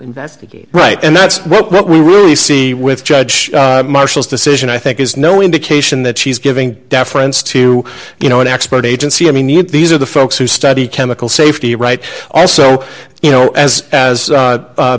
investigate right and that's what we really see with judge marshall's decision i think is no indication that he's giving deference to you know an expert agency i mean these are the folks who study chemical safety right also you know as as